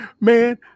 Man